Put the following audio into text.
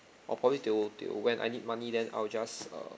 or probably they will they will when I need money then I will just err